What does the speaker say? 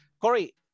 Corey